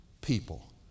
people